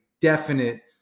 definite